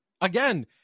Again